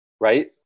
right